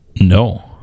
No